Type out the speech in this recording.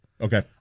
Okay